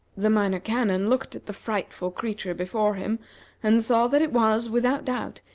the minor canon looked at the frightful creature before him and saw that it was, without doubt,